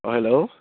अ hello